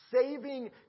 saving